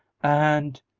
and,